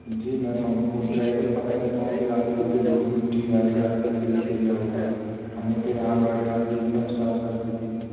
जी ma'am अब वो driver पता नहीं कौन से रास्ते से धूल मिट्टी वाले रास्ते से ले कर गया होगा हम ने तो यहाँ गाड़ी आपकी एक दम साफ़ कर के दी